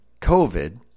COVID